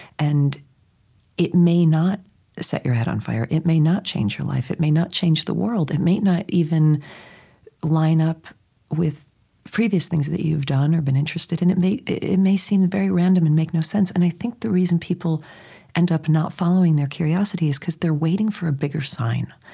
and it may not set your head on fire it may not change your life it may not change the world it may not even line up with previous things that you've done or been interested in. it may it may seem very random and make no sense. and i think the reason people end up not following their curiosity is because they're waiting for a bigger sign,